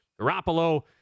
Garoppolo